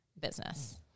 business